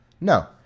No